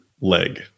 leg